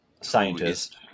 scientist